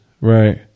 right